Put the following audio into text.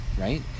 right